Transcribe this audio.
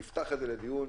נפתח את זה לדיון,